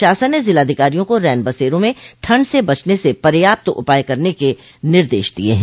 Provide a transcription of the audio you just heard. शासन ने जिलाधिकारियों को रेन बसेरों में ठंड से बचने से पर्याप्त उपाय करने के निर्देश दिये हैं